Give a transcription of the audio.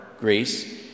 Greece